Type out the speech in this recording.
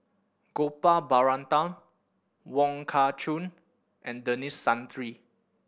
Gopal Baratham Wong Kah Chun and Denis Santry